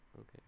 Okay